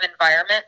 environment